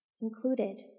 included